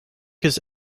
his